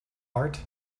art